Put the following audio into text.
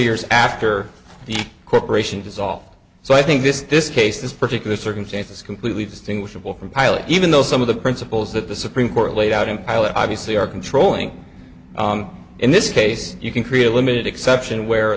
years after the corporation dissolved so i think this this case this particular circumstance is completely distinguishable from pilot even though some of the principles that the supreme court laid out in pilot obviously are controlling in this case you can create a limited exception where